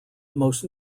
most